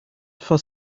for